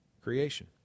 creation